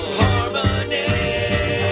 harmony